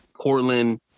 Portland